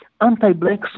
anti-black